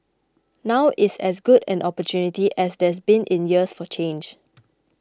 now is as good an opportunity as there's been in years for change